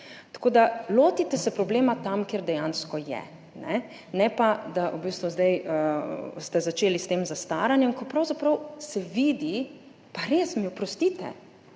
Tako da lotite se problema tam, kjer dejansko je. Ne pa, da ste v bistvu zdaj začeli s tem zastaranjem, ko se pravzaprav vidi – pa res mi oprostite